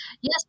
Yes